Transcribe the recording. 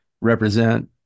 represent